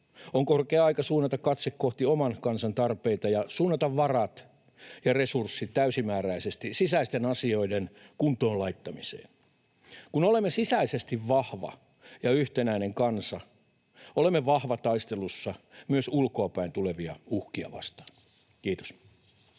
on korkea aika suunnata katse kohti oman kansan tarpeita ja suunnata varat ja resurssit täysimääräisesti sisäisten asioiden kuntoon laittamiseen. Kun olemme sisäisesti vahva ja yhtenäinen kansa, olemme vahva taistelussa myös ulkoapäin tulevia uhkia vastaan. — Kiitos.